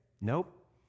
Nope